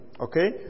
Okay